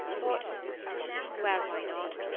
but well, why not?